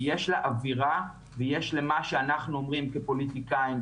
כי יש לאווירה ויש למה שאנחנו אומרים כפוליטיקאים,